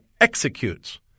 executes